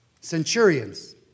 centurions